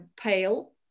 pale